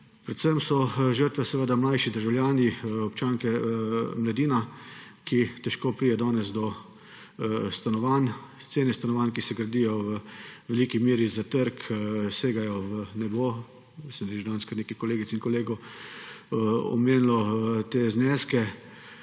Predvsem so žrtve mlajši državljani, občani, mladina, ki danes težko pride do stanovanj. Cene stanovanj, ki se gradijo v veliki meri za trg, segajo v nebo. Saj je že danes kar nekaj kolegic in kolegov omenilo te zneske.